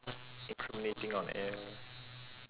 incriminating on air